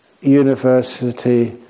university